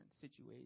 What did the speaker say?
situations